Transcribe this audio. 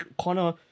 Connor